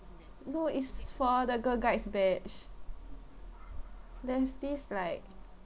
no it's for the girl guides badge there's this like